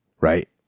right